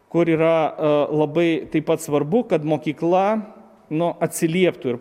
kur yra labai taip pat svarbu kad mokykla nu atsilieptų ir